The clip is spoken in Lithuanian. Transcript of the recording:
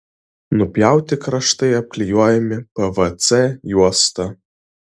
nupjauti kraštai apklijuojami pvc juosta